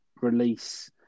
release